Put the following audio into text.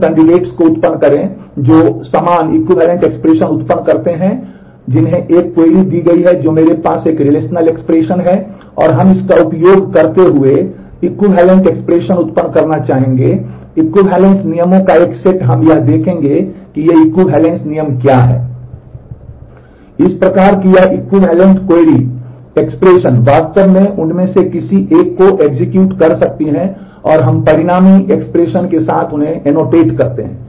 इस प्रकार कि यह इक्विवैलेन्ट योजनाओं को प्राप्त करने के लिए एनोटेट करते हैं